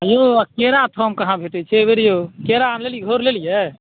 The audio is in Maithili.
केरा घउर कहाँ भेंटए छै एहिबेर यौ केरा लेलिऐ घउर लेलिऐ